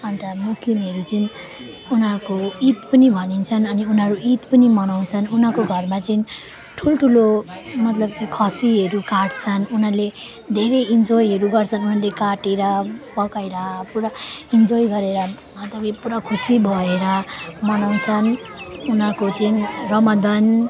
अन्त मुस्लिमहरू चाहिँ उनीहरूको ईद पनि भनिन्छन् अनि उनीहरू ईद पनि मनाउँछन् उनीहरूको घरमा चाहिँ ठुल्ठुलो मतलब कि खसीहरू काट्छन् उनीहरूले धेरै इन्जोयहरू गर्छन् उनीहरूले काटेर पकाएर पुरा इन्जोय गरेर अन्तखेरि पुरा खुसी भएर मनाउँछन् उनीहरूको चाहिँ रमजान